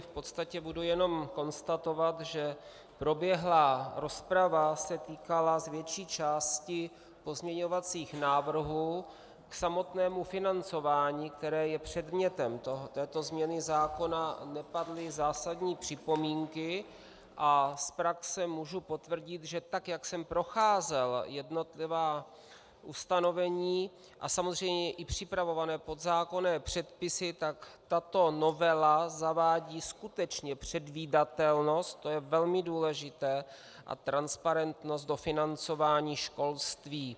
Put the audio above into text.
V podstatě budu jenom konstatovat, že proběhlá rozprava se týkala z větší části pozměňovacích návrhů, k samotnému financování, které je předmětem této změny zákona, nepadly zásadní připomínky, a z praxe můžu potvrdit, že tak jak jsem procházel jednotlivá ustanovení a samozřejmě i připravované podzákonné předpisy, tak tato novela zavádí skutečně předvídatelnost, to je velmi důležité, a transparentnost do financování školství.